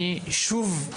אני שוב,